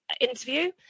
interview